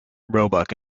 roebuck